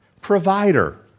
provider